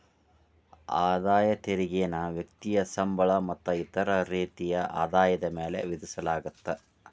ಆದಾಯ ತೆರಿಗೆನ ವ್ಯಕ್ತಿಯ ಸಂಬಳ ಮತ್ತ ಇತರ ರೇತಿಯ ಆದಾಯದ ಮ್ಯಾಲೆ ವಿಧಿಸಲಾಗತ್ತ